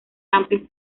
amplios